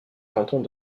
cantons